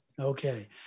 Okay